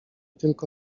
tylko